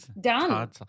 done